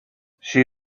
she